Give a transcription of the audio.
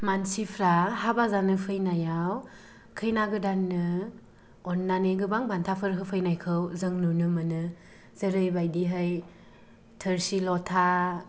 मानसिफोरा हाबा जानो फैनायाव खैना गोदाननो अननानै गोबां बान्थाफोर होफैनायखौ जों नुनो मोनो जेरैबायदिहाय थोरसि ल'था